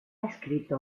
escrito